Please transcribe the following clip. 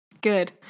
Good